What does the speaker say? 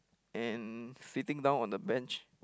and sitting down on a bench